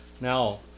Now